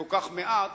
לכל כך מעט,